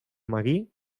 magí